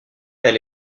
elle